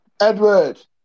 Edward